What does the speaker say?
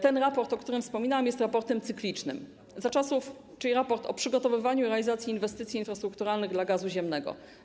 Ten raport, o którym wspominałam, jest raportem cyklicznym - raport o przygotowywaniu i realizacji inwestycji infrastrukturalnych dla gazu ziemnego.